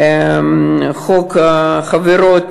חוק החברות